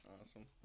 awesome